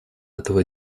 этого